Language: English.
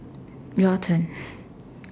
your turn